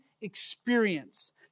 experience